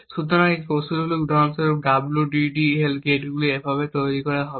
সুতরাং এই কৌশলগুলি উদাহরণস্বরূপ WDDL গেটগুলি এমনভাবে তৈরি করা হবে